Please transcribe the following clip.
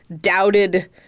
doubted